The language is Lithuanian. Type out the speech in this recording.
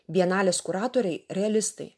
bienalės kuratoriai realistai